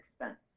expense